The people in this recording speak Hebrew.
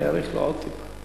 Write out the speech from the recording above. אני אאריך לו עוד טיפה.